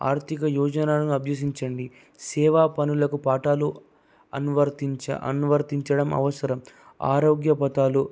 ఆర్థిక యోజనాలను అభ్యసించండి సేవా పనులకు పాఠాలు అనువర్తించ అనువర్తించడం అవసరం ఆరోగ్య పతాలు